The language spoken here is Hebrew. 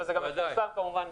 אבל זה מפורסם גם באתר.